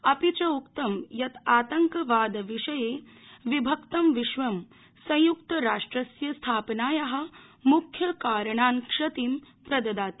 अपि चोक्तं यत् आतंकवादविषये विभक्तं विश्वं संयुक्तराष्ट्रस्य स्थापनाया मुख्यकारणान् क्षतिं प्रददाति